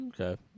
okay